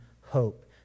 hope